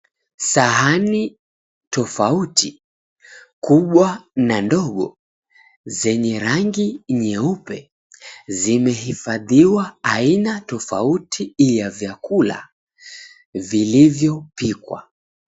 Sahani tofauti kubwa na ndogo zenye rangi nyeupe zimehifadhiwa aina tofauti ya vyakula vilivyopikwa.